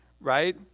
right